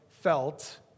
felt